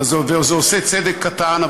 זה עושה צדק קטן,